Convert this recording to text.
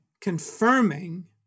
confirming